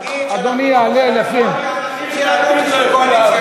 תגיד שאנחנו לא מוכנים למכור את הערכים בשביל קואליציה,